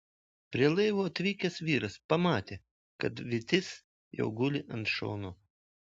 prie laivo atvykęs vyras pamatė kad vytis jau guli ant šono